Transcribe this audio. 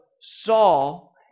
Saul